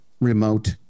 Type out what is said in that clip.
remote